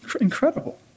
Incredible